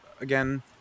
again